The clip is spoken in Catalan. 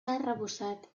arrebossat